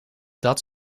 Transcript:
dat